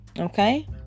Okay